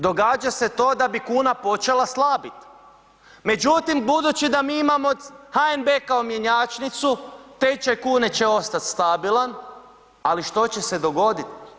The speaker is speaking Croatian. Događa se to da bi kuna počela slabit međutim budući da mi imamo HNB kao mjenjačnicu, tečaj kune će ostat stabilan, ali što će se dogodit?